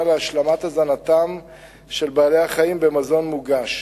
להשלמת הזנתם של בעלי-החיים במזון מוגש.